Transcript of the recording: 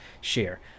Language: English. share